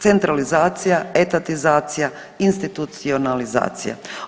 Centralizacija, etatizacija, institucionalizacija.